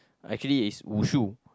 actually is Wushu